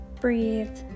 breathe